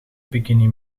bikini